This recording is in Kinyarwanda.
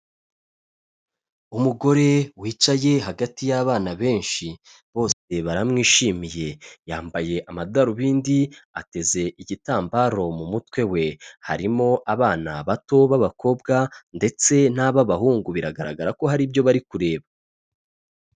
Umugore wicaye hagati y'abana benshi, bose baramwishimiye, yambaye amadarubindi, ateze igitambaro mu mutwe we, harimo abana bato b'abakobwa ndetse n'ab'abahungu, biragaragara ko hari ibyo bari kureba.